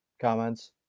comments